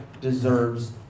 deserves